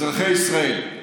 אזרחי ישראל,